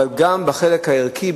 אבל גם בחלק הערכי,